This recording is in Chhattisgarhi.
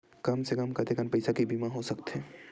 कम से कम कतेकन पईसा के बीमा हो सकथे?